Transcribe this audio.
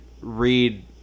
read